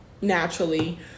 naturally